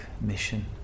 mission